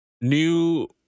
new